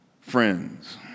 friends